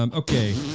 um okay,